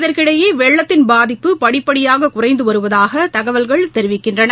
இதற்கிடையேவெள்ளத்தின் பாதிப்பு படிப்படியாககுறைந்துவருவதாகதகவல்கள் தெரிவிக்கின்றன